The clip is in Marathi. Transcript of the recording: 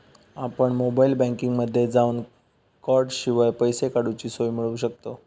आपण मोबाईल बँकिंगमध्ये जावन कॉर्डशिवाय पैसे काडूची सोय मिळवू शकतव